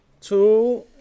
two